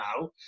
now